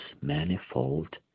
manifold